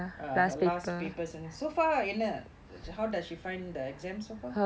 uh last papers so far என்ன:enna that's how does she find the exams so far